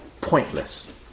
pointless